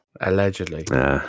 Allegedly